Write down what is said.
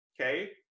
okay